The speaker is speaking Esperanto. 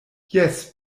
jes